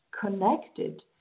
connected